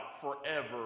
forever